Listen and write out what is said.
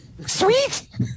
Sweet